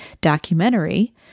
documentary